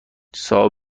صاحب